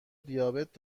دیابت